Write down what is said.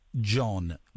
John